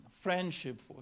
friendship